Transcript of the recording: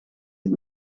het